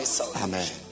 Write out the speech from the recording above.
Amen